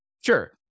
Sure